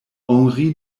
henri